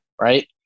right